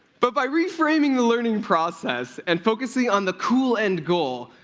but by reframing the learning process and focusing on the cool end goal,